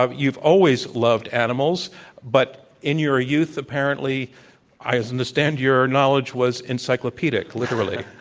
ah you've always loved animals but, in your youth, apparently i understand your knowledge was encyclopedic, literally?